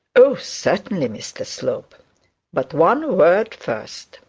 oh, certainly, mr slope but one word first.